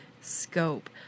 scope